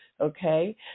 okay